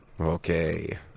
Okay